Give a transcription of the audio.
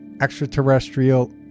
extraterrestrial